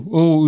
ou